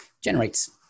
generates